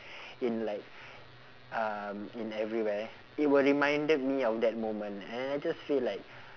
in like um in everywhere it will reminded me of that moment and and I just feel like